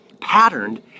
patterned